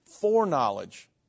foreknowledge